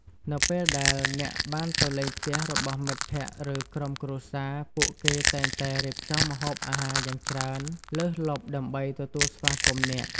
នៅពេលដែលអ្នកបានទៅលេងផ្ទះរបស់មិត្តភក្តិឬក្រុមគ្រួសារ ពួកគេតែងតែរៀបចំម្ហូបអាហារយ៉ាងច្រើនលើសលប់ដើម្បីទទួលស្វាគមន៍អ្នក។